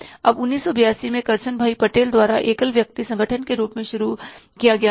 अब 1982 में करसनभाई पटेल द्वारा एकल व्यक्ति संगठन के रूप में शुरू किया गया था